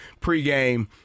pregame